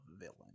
villain